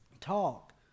talk